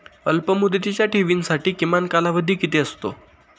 अल्पमुदतीच्या ठेवींसाठी किमान कालावधी किती आहे?